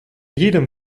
jedem